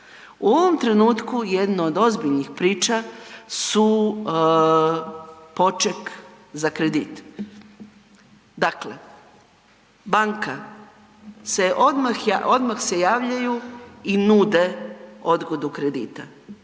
U ovom trenutku jedno od ozbiljnih priča su poček za kredit. Dakle, banka se odmah, odmah se javljaju i nude odgodu kredita,